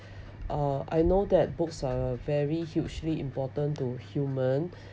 uh I know that books are very hugely important to human